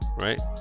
right